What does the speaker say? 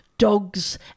Dogs